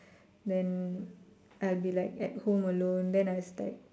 then I'll be like at home alone then I was like